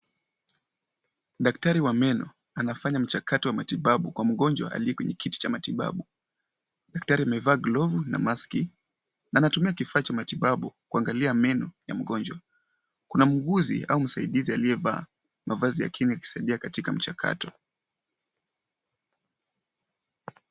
Daktari wa meno anafanya mchakato wa matibabu kwa mgonjwa aliye kwenye kiti cha matibabu. Daktari amevaa glovu na maski na anatumia kifaa cha matibabu kuangalia meno ya mgonjwa. Kuna muuguzi aliyevaa mavazi ya kinga kusaidia katika mchakato.